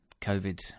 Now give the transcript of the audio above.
COVID